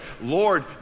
Lord